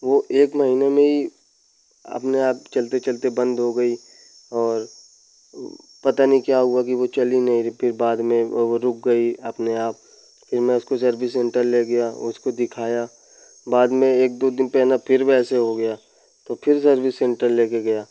वह एक महीने में ही अपने आप चलते चलते बंद हो गई और पता नहीं क्या हुआ कि वह चली नहीं रही थी फिर बाद में अब रुक गई अपने आप फिर मैं उसको सर्विस सेंटर ले गया और उसको दिखाया बाद में एक दो दिन पहना फिर वैसे हो गया तो फिर सर्विस सेंटर ले गया